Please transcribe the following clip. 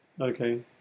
Okay